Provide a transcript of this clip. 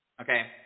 okay